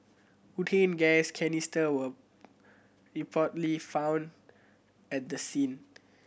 butane gas canister were reportedly found at the scene